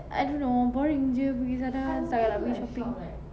I don't know boring jer pergi sana setakat nak pergi shopping